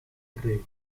reti